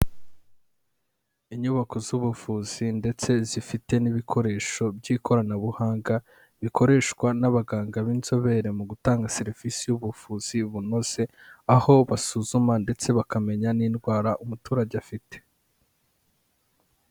Inyubako z'ubuvuzi ndetse zifite n'ibikoresho by'ikoranabuhanga bikoreshwa n'abaganga b'inzobere mu gutanga serivisi y'ubuvuzi bunoze aho basuzuma ndetse bakamenya n'indwara umuturage afite.